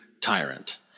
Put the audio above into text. tyrant